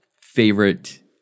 favorite